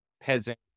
peasant